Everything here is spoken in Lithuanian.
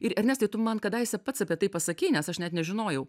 ir ernestai tu man kadaise pats apie tai pasakei nes aš net nežinojau